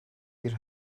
bir